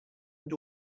not